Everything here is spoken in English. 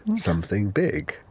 something big.